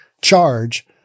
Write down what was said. charge